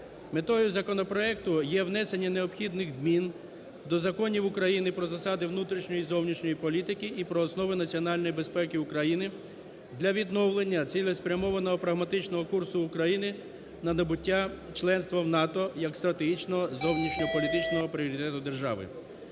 Метою законопроекту є внесення необхідних змін до законів України про засади внутрішньої і зовнішньої політики і про основи національної безпеки України для відновлення цілеспрямованого прагматичного курсу України на набуття членства в НАТО як стратегічного зовнішньополітичного пріоритету держави.